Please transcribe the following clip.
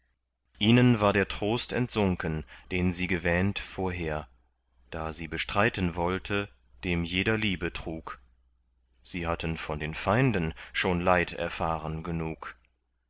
ihnen war der trost entsunken den sie gewähnt vorher da sie bestreiten wollte dem jeder liebe trug sie hatten von den feinden schon leid erfahren genug